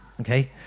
okay